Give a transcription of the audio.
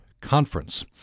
conference